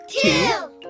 two